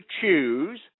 choose